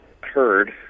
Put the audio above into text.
heard